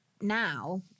now